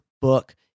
book